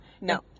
no